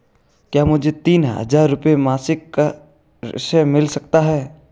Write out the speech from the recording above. क्या मुझे तीन हज़ार रूपये मासिक का ऋण मिल सकता है?